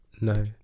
No